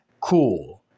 cool